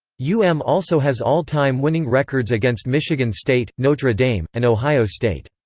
u m also has all-time winning records against michigan state, notre dame, and ohio state.